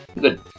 Good